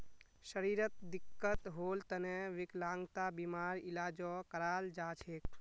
शरीरत दिक्कत होल तने विकलांगता बीमार इलाजो कराल जा छेक